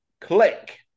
click